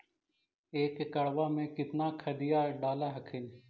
एक एकड़बा मे कितना खदिया डाल हखिन?